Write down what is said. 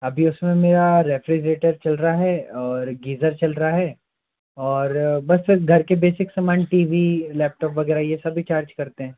अभी उसमें मेरा रेफ्रीज़ेटर चल रहा है और गीज़र चल रहा है और बस सिर्फ़ घर का बेसिक समान टी वी लैपटॉप वग़ैरह ये सभी चार्ज करते हैं